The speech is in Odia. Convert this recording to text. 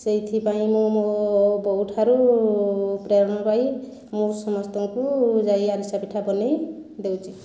ସେଇଥି ପାଇଁ ମୁଁ ମୋ ବୋଉ ଠାରୁ ପ୍ରେରଣା ପାଇ ମୁଁ ସମସ୍ତଙ୍କୁ ଯାଇ ଆରିସା ପିଠା ବନେଇ ଦେଉଛି